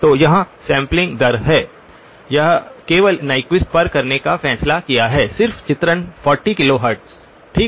तो यहाँ सैंपलिंग दर है यह केवल न्यक्विस्ट पर करने का फैसला किया हैं सिर्फ चित्रण 40 किलोहर्ट्ज़ ठीक